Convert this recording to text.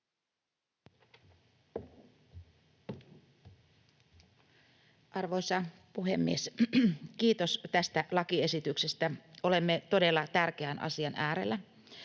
Arvoisa puhemies! Kiitos tästä lakiesityksestä. Olemme todella tärkeän asian äärellä.